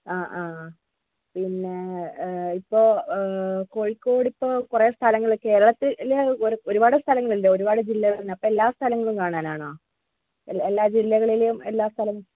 ആ ആ പിന്നെ ഏ ഇപ്പോൾ കോഴിക്കോടിപ്പോൾ കുറെ സ്ഥലങ്ങൾ കേരളത്തിൽ ഒരുപാട് സ്ഥലങ്ങളുണ്ട് ഒരുപാട് ജില്ലകൾ അപ്പം എല്ലാ സ്ഥലങ്ങളും കാണാനാണോ എല്ലാ ജില്ലകളിലും എല്ലാ സ്ഥലങ്ങൾ